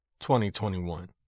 2021